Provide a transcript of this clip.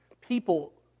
people